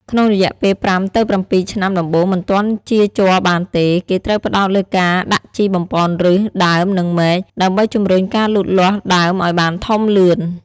ក្នុងរយៈពេល ៥ ទៅ ៧ ឆ្នាំដំបូងមិនទាន់ចៀរជ័របានទេ គេត្រូវផ្តោតលើការដាក់ជីបំប៉នឫស ដើម និងមែក ដើម្បីជំរុញការលូតលាស់ដើមឱ្យបានធំលឿន។